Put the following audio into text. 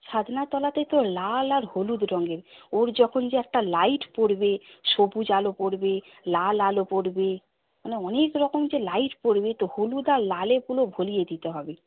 ছাদনাতলাতে তো লাল আর হলুদ রঙের ওর যখন যে একটা লাইট পড়বে সবুজ আলো পড়বে লাল আলো পড়বে অনেক রকম যে লাইট পড়বে তো হলুদ আর লালে পুরো ভরিয়ে দিতে হবে